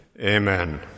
Amen